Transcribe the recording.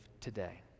today